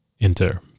Enter